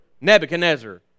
Nebuchadnezzar